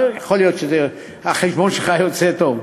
יכול להיות שהחשבון שלך יוצא טוב.